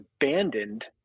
abandoned